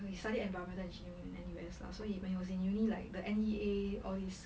he studied envrionment engineering in N_U_S lah so he when he was in uni like the N_E_A all this